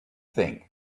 think